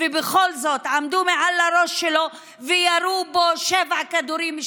ובכל זאת עמדו מעל הראש שלו וירו בו שבעה כדורים,